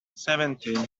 seventeen